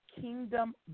kingdom